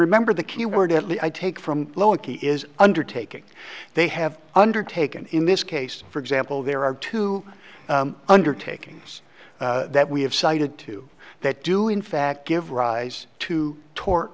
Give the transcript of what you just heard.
remember the key word at least i take from lower key is undertaking they have undertaken in this case for example there are two undertaking that we have cited to that do in fact give rise to tor